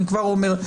אני כבר אומר,